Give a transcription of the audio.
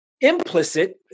implicit